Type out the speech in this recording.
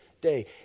day